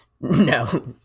No